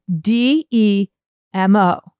D-E-M-O